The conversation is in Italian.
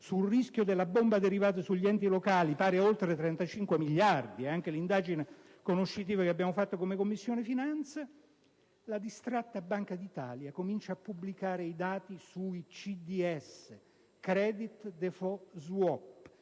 sui rischi della bomba derivati sugli enti locali, pari ad oltre a 35 miliardi - ciò è emerso anche nell'indagine conoscitiva che abbiamo fatto come Commissione finanze - la distratta Banca d'Italia comincia a pubblicare i dati sui CDS, i *credit default swap*,